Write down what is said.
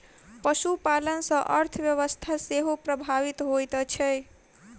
पशुपालन सॅ अर्थव्यवस्था सेहो प्रभावित होइत छै